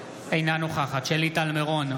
אינה נוכחת מרב מיכאלי, אינה נוכחת שלי טל מירון,